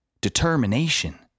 determination